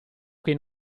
che